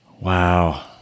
Wow